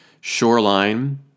shoreline